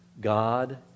God